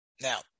Now